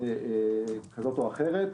כזו או אחרת,